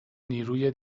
نیروی